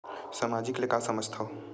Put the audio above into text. सामाजिक ले का समझ थाव?